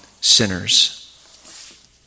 sinners